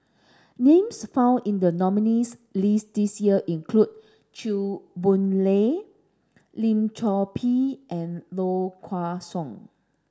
names found in the nominees' list this year include Chew Boon Lay Lim Chor Pee and Low Kway Song